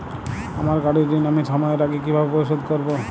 আমার গাড়ির ঋণ আমি সময়ের আগে কিভাবে পরিশোধ করবো?